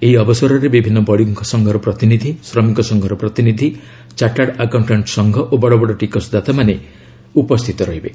ଏହି ଅବସରରେ ବିଭିନ୍ନ ବଶିକ ସଂଘର ପ୍ରତିନିଧି ଶ୍ରମିକ ସଂଘର ପ୍ରତିନିଧି ଚାଟାର୍ଡ ଆକାଉଣ୍ଟାଣ୍ଟ୍ ସଂଘ ଓ ବଡ଼ବଡ଼ ଟିକସଦାତାମାନେ ଉପସ୍ଥିତ ରହିବେ